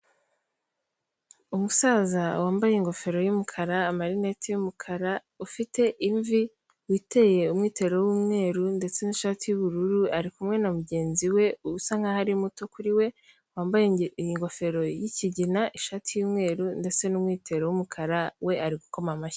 Umusaza wambaye ingofero y'umukara, amarinete y'umukara, ufite imvi witeye umwitero w'umweru ndetse n'ishati y'ubururu ari kumwe na mugenzi we usa nk'aho ari muto kuri we, wambaye ingofero y'ikigina, ishati y'umweru ndetse n'umwitero w'umukara, we ari gukoma amashyi.